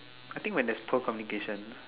I think when there's poor communication